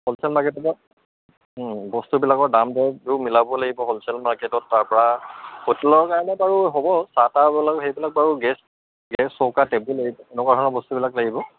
wholesale মাৰ্কেটৰ পৰা বস্তুবিলাকৰ দাম দৰবোৰ মিলাব লাগিব হ'লচেল মাৰ্কেটত তাৰপৰা হোটেলৰ কাৰণে বাৰু হ'ব চাহ তাহবিলাক সেইবিলাক বাৰু গেছ গেছ চৌকা টেবুল এনেকুৱা ধৰণৰ বস্তুবিলাক লাগিব